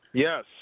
Yes